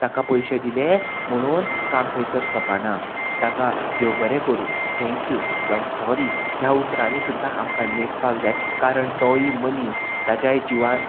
ताका पयशे दिले म्हणून काम थंयसर सपाना ताका देव बरें करूं थँक्यू जावं सॉरी ह्या उतरांनी सुद्दां आमकां लेखपाक जाय कारण तोयी मनीस ताज्या जिवान